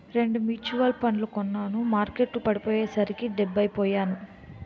రెండు మ్యూచువల్ ఫండ్లు కొన్నాను మార్కెట్టు పడిపోయ్యేసరికి డెబ్బై పొయ్యాను